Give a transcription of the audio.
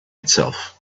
itself